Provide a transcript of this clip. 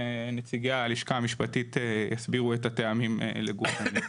ונציגי הלשכה המשפטית הזמינו את הטעמים לגופם.